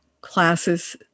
classes